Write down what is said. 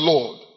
Lord